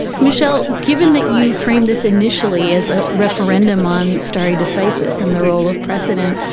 michelle? given that you frame this initially as a referendum on stari decisis and the role of precedent.